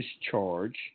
discharge